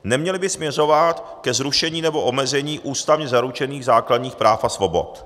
Neměly by směřovat ke zrušení nebo omezení ústavně zaručených základních práv a svobod.